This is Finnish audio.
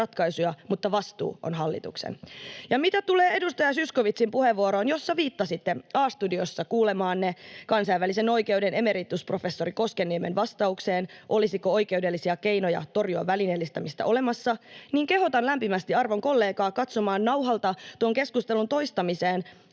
ratkaisuja, mutta vastuu on hallituksen. Mitä tulee edustaja Zyskowiczin puheenvuoroon, jossa viittasitte A-studiossa kuulemaanne kansainvälisen oikeuden emeritusprofessori Koskenniemen vastaukseen, olisiko oikeudellisia keinoja torjua välineellistämistä olemassa, niin kehotan lämpimästi arvon kollegaa katsomaan nauhalta tuon keskustelun toistamiseen.